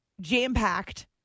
jam-packed